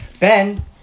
Ben